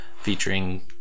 featuring